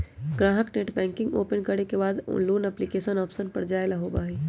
ग्राहक net banking open करे के बाद लोन एप्लीकेशन ऑप्शन पर जाय ला होबा हई